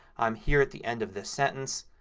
i'm here at the end of this sentence.